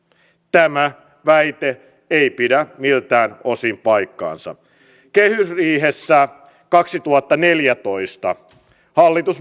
tämä väite ei pidä miltään osin paikkaansa kehysriihessä kaksituhattaneljätoista hallitus